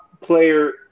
player